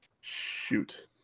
shoot